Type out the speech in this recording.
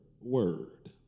word